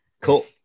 Cool